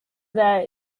that